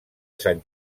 sant